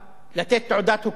לתת תעודת הוקרה?